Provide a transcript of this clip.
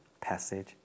passage